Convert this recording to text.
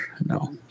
No